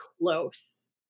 close